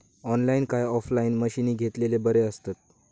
Online काय offline मशीनी घेतलेले बरे आसतात?